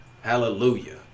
hallelujah